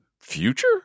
future